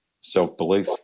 self-belief